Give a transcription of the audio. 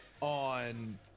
On